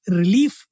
relief